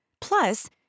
Plus